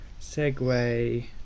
segway